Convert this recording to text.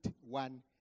one